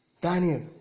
Daniel